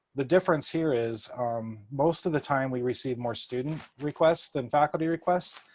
the difference here is most of the time, we receive more student requests than faculty requests.